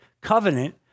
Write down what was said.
covenant